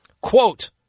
Quote